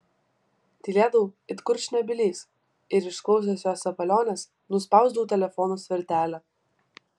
tylėdavau it kurčnebylis ir išklausęs jos sapaliones nuspausdavau telefono svirtelę